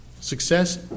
Success